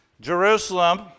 Jerusalem